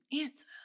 answer